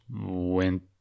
went